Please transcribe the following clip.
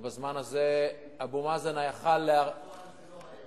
ובזמן הזה אבו מאזן יכול, בפועל זה לא היה.